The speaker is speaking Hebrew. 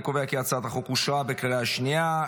אני קובע כי הצעת החוק אושרה בקריאה שנייה.